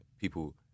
People